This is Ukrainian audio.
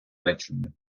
речення